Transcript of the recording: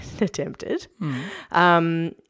attempted